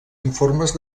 informes